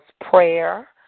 prayer